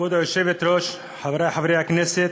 כבוד היושבת-ראש, חברי חברי הכנסת,